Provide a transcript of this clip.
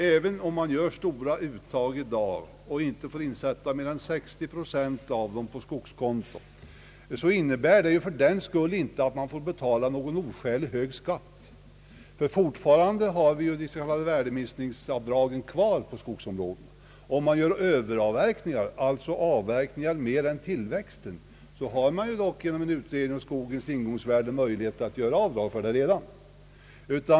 Även om man gör stora uttag i dag och inte får sätta in mer än 60 procent av dessa på skogskonto innebär det fördenskull inte att man får betala en oskäligt hög skatt. Fortfarande har vi kvar de s.k. värdeminskningsavdragen på skogsområdet. Vid överavverkningar, dvs. större avverkningar än tillväxten, har man dock genom en utredning om skogens ingångsvärde möjlighet att göra avdrag.